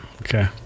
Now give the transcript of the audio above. okay